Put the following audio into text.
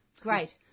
Great